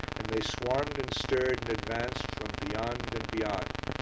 and they swarmed and stirred and advanced from beyond and beyond.